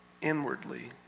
inwardly